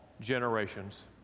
generations